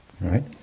Right